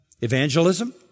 evangelism